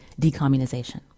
decommunization